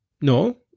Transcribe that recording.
No